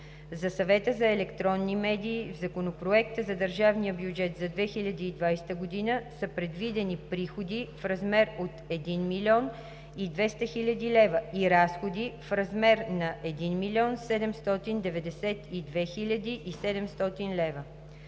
За Съвета за електронни медии в Законопроекта за държавния бюджет за 2020 г. са предвидени приходи в размер от 1 млн. 200 хил. лв. и разходи в размер на 1 млн. 792 хил. 700 лв.